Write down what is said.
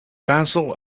basil